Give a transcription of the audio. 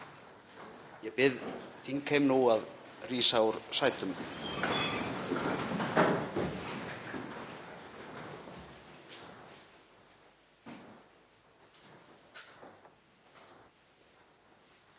Ég bið þingheim nú að rísa úr sætum.